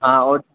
हाँ और